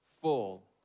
full